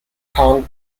kong